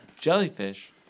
jellyfish